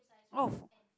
oh